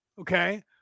Okay